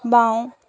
বাওঁ